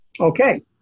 Okay